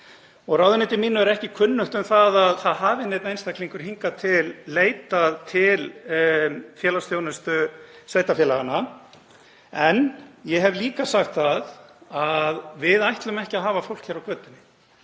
Ráðuneyti mínu er ekki kunnugt um að það hafi neinn einstaklingur hingað til leitað til félagsþjónustu sveitarfélaganna. En ég hef líka sagt það að við ætlum ekki að hafa fólk á götunni.